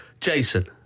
Jason